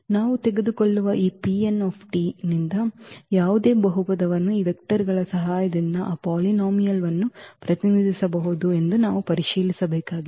ನಾವು ತೆಗೆದುಕೊಳ್ಳುವ ಈ ನಿಂದ ಯಾವುದೇ ಬಹುಪದವನ್ನು ಈ ವೆಕ್ಟರ್ ಗಳ ಸಹಾಯದಿಂದ ಆ polynomial ವನ್ನು ಪ್ರತಿನಿಧಿಸಬಹುದು ಎಂದು ನಾವು ಪರಿಶೀಲಿಸಬೇಕಾಗಿದೆ